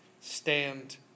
stand